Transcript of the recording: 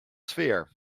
sphere